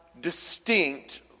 distinct